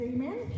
Amen